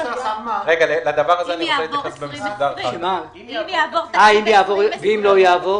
אם יעבור תקציב 2020. ואם לא יעבור?